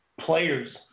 players